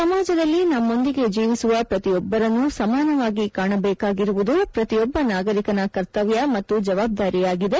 ಸಮಾಜದಲ್ಲಿ ನಮ್ಮೊಂದಿಗೆ ಜೀವಿಸುವ ಪ್ರತಿಯೊಬ್ಬರನ್ನೂ ಸಮಾನವಾಗಿ ಕಾಣಬೇಕಾಗಿರುವುದು ಪ್ರತಿಯೊಬ್ಬ ನಾಗರಿಕನ ಕರ್ತವ್ಯ ಮತ್ತು ಜವಾಬ್ದಾರಿಯಾಗಿದೆ